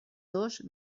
dos